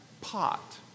pot